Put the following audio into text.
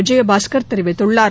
விஜயபாஸ்கர் தெரிவித்துள்ளார்